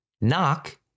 Knock